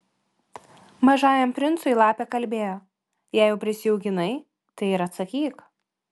mažajam princui lapė kalbėjo jei jau prisijaukinai tai ir atsakyk